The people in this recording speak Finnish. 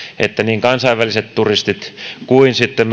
että niin kansainväliset turistit kuin sitten